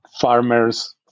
farmers